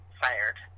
fired